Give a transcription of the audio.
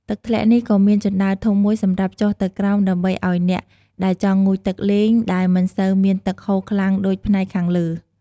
ទឹកធ្លាក់នេះក៏មានជណ្ដើរធំមួយសម្រាប់ចុះទៅក្រោមដើម្បីឲ្យអ្នកដែលចង់ងូតទឹកលេង ដែលមិនសូវមានទឹកហូរខ្លាំងដូចផ្នែកខាងលើ។